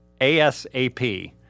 ASAP